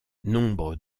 nombre